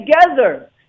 together